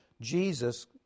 Jesus